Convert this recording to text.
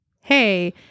hey